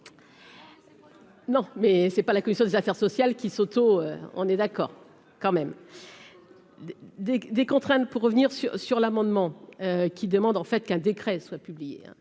Non mais c'est pas la commission des affaires sociales qui s'auto-on est d'accord quand même des des contraintes pour revenir sur, sur l'amendement qui demande en fait qu'un décret soit publié,